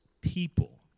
people